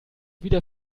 wieder